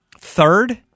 third